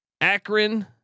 Akron